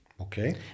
okay